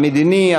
המדיני,